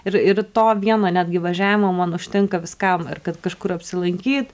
ir ir to vieno netgi važiavimo man užtenka viskam ir kad kažkur apsilankyt